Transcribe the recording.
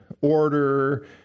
order